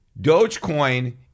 Dogecoin